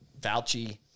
Fauci